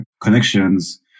connections